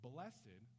Blessed